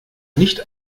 nicht